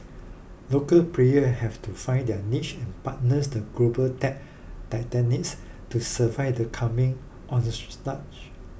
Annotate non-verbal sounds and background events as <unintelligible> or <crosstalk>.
local player have to find their niche and partners the global tech <unintelligible> to survive the coming <unintelligible>